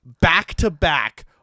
back-to-back